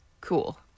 cool